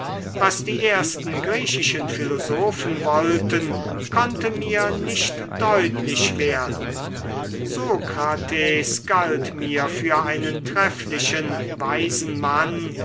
was die ersten griechischen philosophen wollten konnte mir nicht deutlich werden sokrates galt mir für einen trefflichen weisen mann